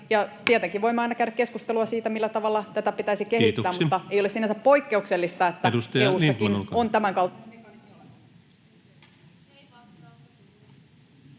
tietenkin voimme aina käydä keskustelua siitä, millä tavalla tätä pitäisi kehittää, [Puhemies: